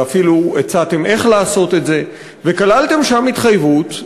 ואפילו הצעתם איך לעשות את זה וכללתם שם התחייבות,